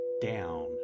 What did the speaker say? down